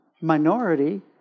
minority